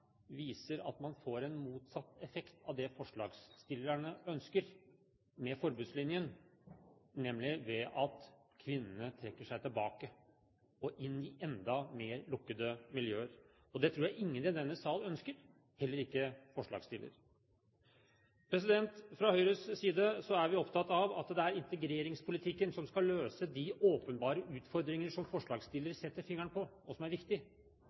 viser at man får en motsatt effekt av det forslagsstillerne ønsker med forbudslinjen, nemlig at kvinnene trekker seg tilbake og inn i enda mer lukkede miljøer. Det tror jeg ingen i denne sal ønsker, heller ikke forslagsstillerne. Fra Høyres side er vi opptatt av at det er integreringspolitikken som skal løse de åpenbare utfordringer som forslagsstillerne setter fingeren på, og som er